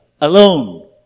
Alone